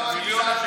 אלקין,